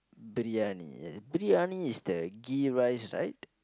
briyani briyani is the Ghee rice right